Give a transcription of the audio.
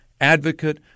advocate